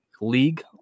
League